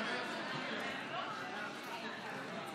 לעשות פרובוקציות נגד החוק,